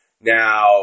Now